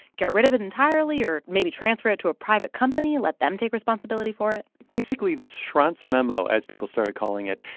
get rid of it entirely, or maybe transfer it to a private company. let them take responsibility for it basically, this schronce memo, as people started calling it,